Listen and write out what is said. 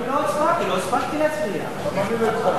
עובדה שסגן השר דני אילון לא הצביע.